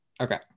okay